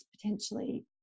potentially